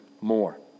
more